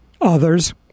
others